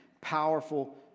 powerful